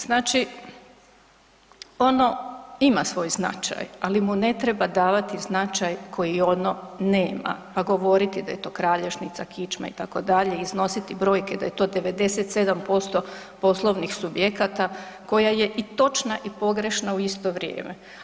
Znači, ono ima svoj značaj ali mu ne treba davati značaj koji ono nema, pa govoriti da je to kralježnica, kičma itd., iznositi brojke da je to 97% poslovnih subjekata koja je i točna i pogrešna u isto vrijeme.